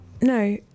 No